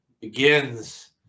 begins